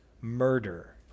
murder